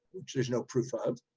which there's no proof of,